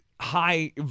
high